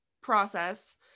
process